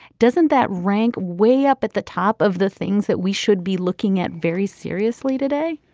doesn't that rank way up at the top of the things that we should be looking at very seriously today.